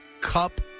Cup